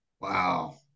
Wow